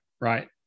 right